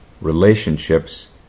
relationships